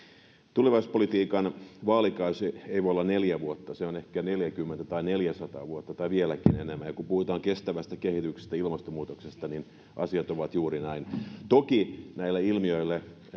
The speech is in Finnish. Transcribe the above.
tulevaisuuspolitiikan vaalikausi ei voi olla neljä vuotta se on ehkä neljäkymmentä tai neljäsataa vuotta tai vieläkin enemmän ja kun puhutaan kestävästä kehityksestä ja ilmastonmuutoksesta niin asiat ovat juuri näin toki näille ilmiöille